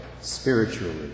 spiritually